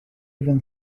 even